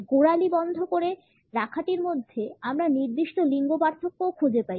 গোড়ালি বন্ধ করে রাখাটির মধ্যে আমরা নির্দিষ্ট লিঙ্গ পার্থক্যও খুঁজে পাই